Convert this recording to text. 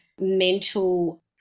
mental